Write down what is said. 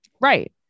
Right